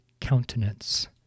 countenance